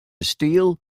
steel